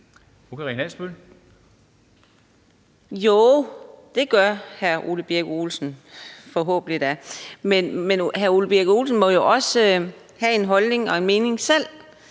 Jo, det gør hr. Ole Birk Olesen da forhåbentlig. Men hr. Ole Birk Olesen må jo også have en holdning og en mening selv.